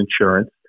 insurance